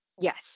Yes